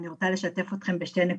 אני רוצה לשתף אתכם בשתי נקודות.